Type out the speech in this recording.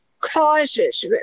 causes